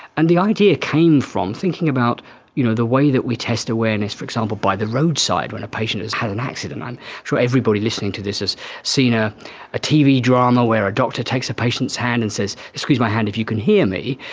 and the idea came from thinking about you know the way that we test awareness, for example, by the roadside when a patient has had an accident. i'm sure everybody listening to this has seen a a tv drama where a doctor takes a patient's hand and says, squeeze my hand if you can hear me.